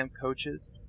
coaches